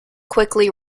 quickly